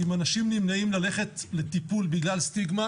אם אנשים נמנעים ללכת לטיפול בגלל סטיגמה,